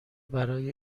برای